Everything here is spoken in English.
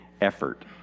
effort